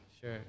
Sure